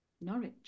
Norwich